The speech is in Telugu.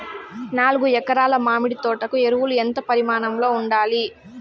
నాలుగు ఎకరా ల మామిడి తోట కు ఎరువులు ఎంత పరిమాణం లో ఉండాలి?